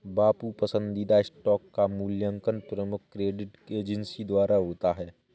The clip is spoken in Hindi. बाबू पसंदीदा स्टॉक का मूल्यांकन प्रमुख क्रेडिट एजेंसी द्वारा होता है